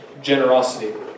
generosity